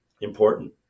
important